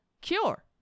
cure